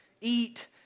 Eat